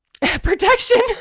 protection